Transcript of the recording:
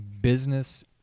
business